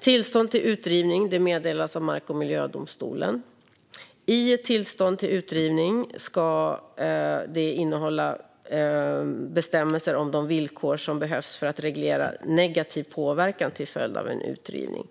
Tillstånd till utrivning meddelas av mark och miljödomstolen. Ett tillstånd till utrivning ska innehålla bestämmelser om de villkor som behövs för att reglera negativ påverkan till följd av en utrivning.